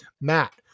Matt